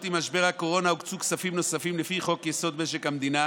עם משבר הקורונה הוקצו כספים נוספים לפי חוק-יסוד: משק המדינה